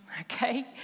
okay